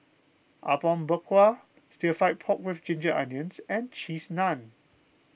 Apom Berkuah Stir Fry Pork with Ginger Onions and Cheese Naan